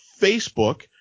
Facebook